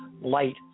light